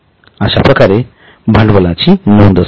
अश्याप्रकारे भांडवलाची नोंद असते